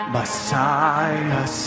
Messiah